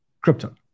crypto